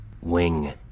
Wing